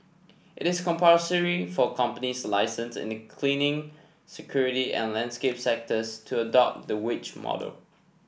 it is compulsory for companies licensed in the cleaning security and landscape sectors to adopt the wage model